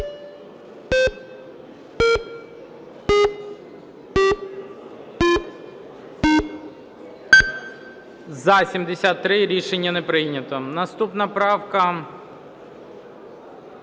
За-73 Рішення не прийнято. Наступна правка